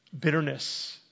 bitterness